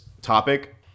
topic